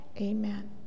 Amen